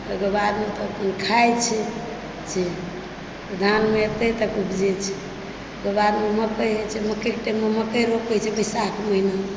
ओकर बाद सब केओ खाइ छै से धानमे एते तक उपजै छै ओहिके बादमे मकइ होइ छै मकइ के टाइम मे मकइ रोपै छी बैसाख महीनामे